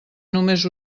només